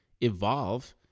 evolve